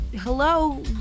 hello